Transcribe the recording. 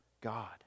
God